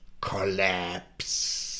collapse